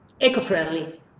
eco-friendly